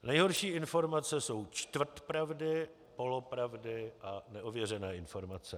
Nejhorší informace jsou čtvrt pravdy, polopravdy a neověřené informace.